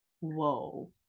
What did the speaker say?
Whoa